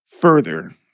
further